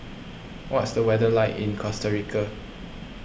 what's the weather like in Costa Rica